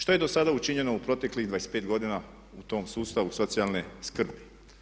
Što je dosada učinjeno u proteklih 25 godina u tom sustavu socijalne skrbi?